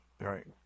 Right